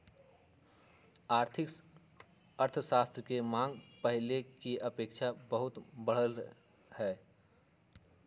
आर्थिक अर्थशास्त्र के मांग पहिले के अपेक्षा बहुते बढ़लइ ह